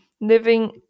living